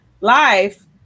life